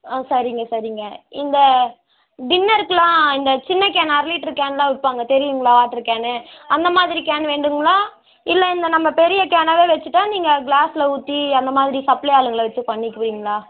ஆ சரிங்க சரிங்க இந்த டின்னருக்கெலாம் இந்த சின்ன கேன் அரை லிட்ரு கேனெலாம் விற்பாங்க தெரியுங்களா வாட்ரு கேனு அந்த மாதிரி கேன் வேண்டுங்களா இல்லை நம்ம பெரிய கேனாகவே வச்சுட்டா நீங்கள் க்ளாஸில் ஊற்றி அந்த மாதிரி சப்ளை ஆளுங்களை வச்சே பண்ணிக்குவீங்களா